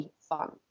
fun